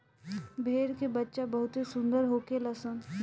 भेड़ के बच्चा बहुते सुंदर होखेल सन